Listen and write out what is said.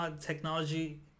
technology